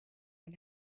and